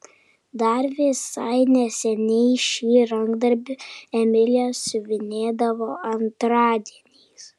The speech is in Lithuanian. dar visai neseniai šį rankdarbį emilija siuvinėdavo antradieniais